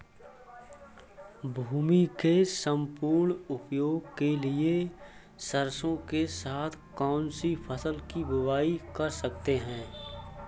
भूमि के सम्पूर्ण उपयोग के लिए सरसो के साथ कौन सी फसल की बुआई कर सकते हैं?